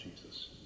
Jesus